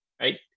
right